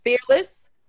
fearless